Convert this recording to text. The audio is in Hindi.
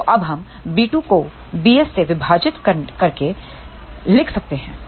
तो अब हम b2 को bs से विभाजित करके लिख सकते हैं